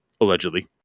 allegedly